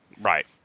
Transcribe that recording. Right